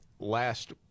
last